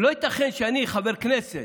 ולא ייתכן שאני, חבר כנסת,